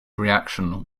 reaction